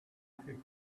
could